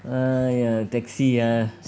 !aiya! taxi ah